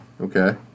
Okay